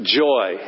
joy